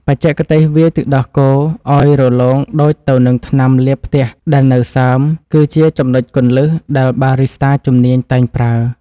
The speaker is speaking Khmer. បច្ចេកទេសវាយទឹកដោះគោឱ្យរលោងដូចទៅនឹងថ្នាំលាបផ្ទះដែលនៅសើម គឺជាចំណុចគន្លឹះដែលបារីស្តាជំនាញតែងប្រើ។